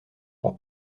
pour